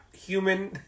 human